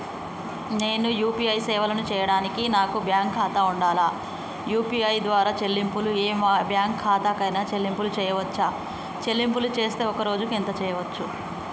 నేను యూ.పీ.ఐ సేవలను చేయడానికి నాకు బ్యాంక్ ఖాతా ఉండాలా? యూ.పీ.ఐ ద్వారా చెల్లింపులు ఏ బ్యాంక్ ఖాతా కైనా చెల్లింపులు చేయవచ్చా? చెల్లింపులు చేస్తే ఒక్క రోజుకు ఎంత చేయవచ్చు?